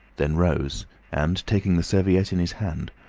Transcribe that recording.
then rose and, taking the serviette in his hand,